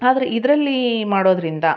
ಆದ್ರೆ ಇದರಲ್ಲೀ ಮಾಡೋದರಿಂದ